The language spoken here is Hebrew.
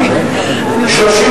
וקבוצת סיעת קדימה לסעיף 5 לא נתקבלה.